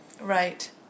Right